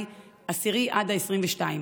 10 עד 22 במאי.